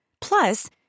Plus